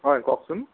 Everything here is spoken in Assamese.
হয় কওকচোন